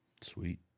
Sweet